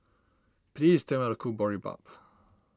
please tell me how to cook Boribap